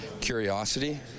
curiosity